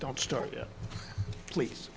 don't start yet please